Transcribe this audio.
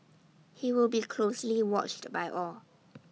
he will be closely watched by all